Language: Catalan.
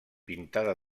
pintada